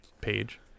page